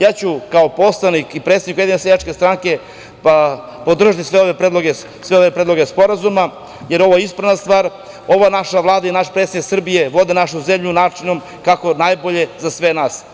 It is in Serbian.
Kao poslanik i predstavnik Ujedinjene seljačke stranke podržaću sve ove predloge sporazuma, jer je ovo ispravna stvar, a naša Vlada i naš predsednik Srbije vode našu zemlju na način kako je najbolje za sve nas.